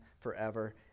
forever